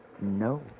No